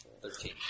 Thirteen